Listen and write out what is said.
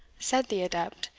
said the adept,